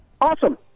Awesome